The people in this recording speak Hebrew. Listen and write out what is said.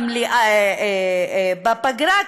בפגרה,